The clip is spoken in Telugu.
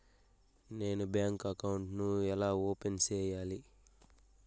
నేను బ్యాంకు అకౌంట్ ను ఎలా ఓపెన్ సేయాలి?